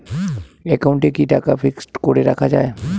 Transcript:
একাউন্টে কি টাকা ফিক্সড করে রাখা যায়?